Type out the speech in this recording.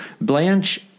Blanche